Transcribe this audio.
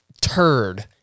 turd